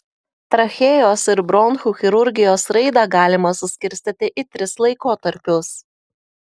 trachėjos ir bronchų chirurgijos raidą galima suskirstyti į tris laikotarpius